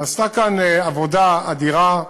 נעשתה כאן עבודה אדירה,